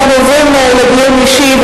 אנחנו עוברים לדיון אישי,